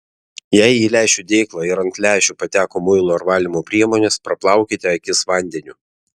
jei į lęšių dėklą ir ant lęšių pateko muilo ar valymo priemonės praplaukite akis vandeniu